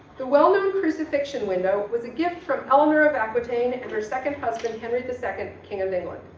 the well-known crucifixion window was a gift from eleanor of aquitaine and her second husband henry the second king of england.